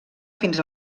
fins